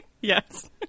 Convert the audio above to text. Yes